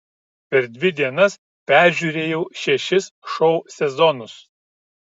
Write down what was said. per dvi dienas peržiūrėjau šešis šou sezonus